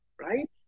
right